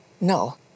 no